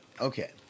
Okay